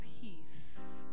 peace